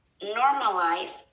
normalize